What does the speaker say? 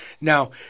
Now